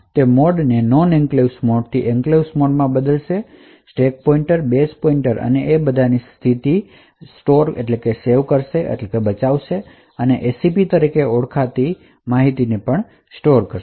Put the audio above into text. તે મોડને non enclaves મોડથી એન્ક્લેવ્સ મોડમાં બદલશે પછી તે સ્ટેક પોઇંટર બેઝ પોઇન્ટર અને વધુની સ્થિતિને સેવ કરશે અને તે AEP તરીકે ઓળખાતી કંઈકને પણ સેવ કરશે